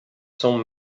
são